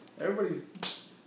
Everybody's